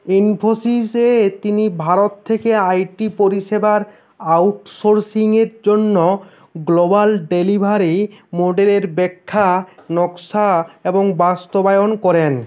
ইনফোসিসে তিনি ভারত থেকে আইটি পরিষেবার আউটসোর্সিংয়ের জন্য গ্লোবাল ডেলিভারি মডেলের ব্যাখ্যা নকশা এবং বাস্তবায়ন করেন